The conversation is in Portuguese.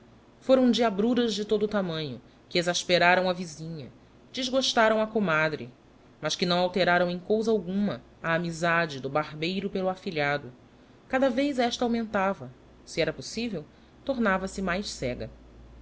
foram diabruras de todo tamanho que exasperaram a visinha desgostaram a comadre mas que não alteraram era cousa alguma a amizade do barbeiro pelo afilhado cada vez esta augraentava se era possível tornava-se mais cega